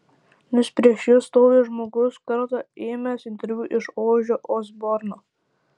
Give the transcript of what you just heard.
nes prieš jus stovi žmogus kartą ėmęs interviu iš ožio osborno